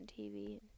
TV